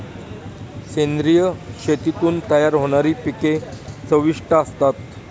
सेंद्रिय शेतीतून तयार होणारी पिके चविष्ट असतात